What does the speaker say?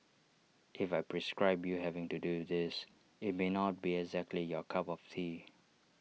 if I prescribe you having to do this IT may not be exactly your cup of tea